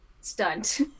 stunt